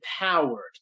empowered